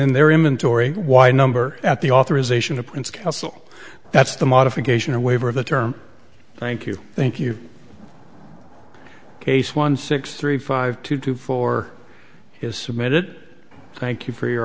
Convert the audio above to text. in their inventory why number at the authorization of prince castle that's the modification a waiver of the term thank you thank you case one six three five two two four is submit it thank you for your